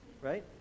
right